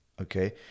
Okay